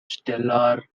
stellar